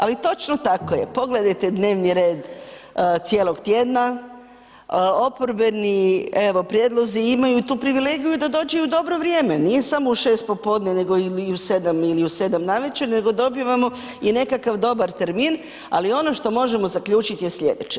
Ali točno tako je, pogledajte dnevni red cijelog tjedna, oporbeni evo prijedlozi imaju tu privilegiju da dođu u dobro vrijeme nije samo u 6 popodne nego ili u 7 navečer ili u 7 navečer, nego dobivamo i nekakav dobar termin, ali ono što možemo zaključiti je slijedeće.